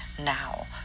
now